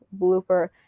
blooper